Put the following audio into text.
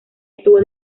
estuvo